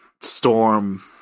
storm